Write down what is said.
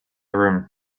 room